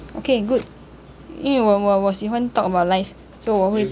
okay good 因为我我喜欢 talk about life so 我会